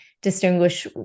distinguish